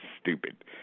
stupid